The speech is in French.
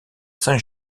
saint